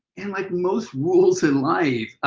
and like most rules in life,